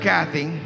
Kathy